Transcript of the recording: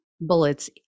bullets